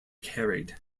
carried